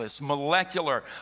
molecular